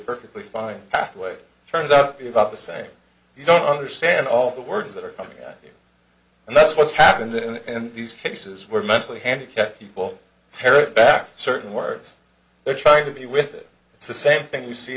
perfectly fine pathway turns out to be about the same you don't understand all the words that are coming at you and that's what's happened in these cases where mentally handicapped people parrot back certain words they're trying to be with it's the same thing you see